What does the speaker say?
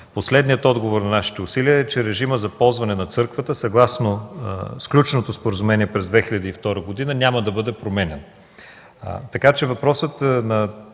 Последният отговор на нашите усилия е, че режимът за ползване на църквата, съгласно сключеното споразумение през 2002 г., няма да бъде променян.